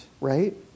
right